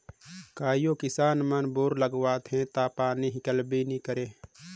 कइयो किसान मन बोर करवाथे ता पानी हिकलबे नी करे